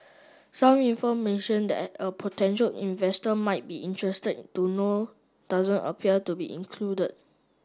some information that a potential investor might be interested to know doesn't appear to be included